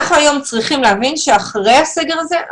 צריך להבין שאחרי הסגר הזה,